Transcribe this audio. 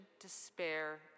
despair